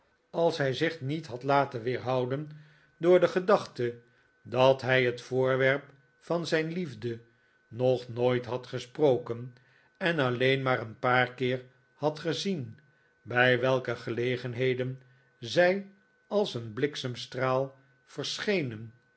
als hij zich niet had laten weerhouden door de gedachte li nikolaas nickleby dat hij het voorwerp van zijn liefde nog nooit had gesproken en alledn maar een paar keer had gezien bij welke gelegenheden zij als een bliksemstraal verschenen